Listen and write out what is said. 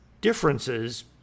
differences